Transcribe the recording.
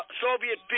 Soviet